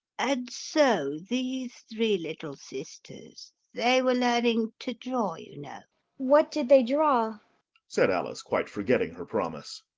and so these three little sisters they were learning to draw, you know what did they draw said alice, quite forgetting her promise.